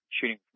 shooting